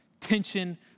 tension